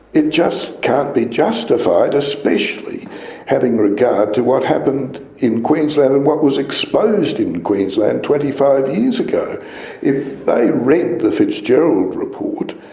it just can't be justified, especially having regard to what happened in queensland and what was exposed in queensland twenty five years ago. if they read the fitzgerald report,